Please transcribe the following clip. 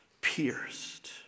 Pierced